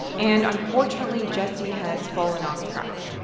and unfortunately jesse has fallen off track.